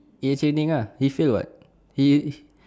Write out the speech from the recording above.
his training lah he fail [what] he